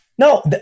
No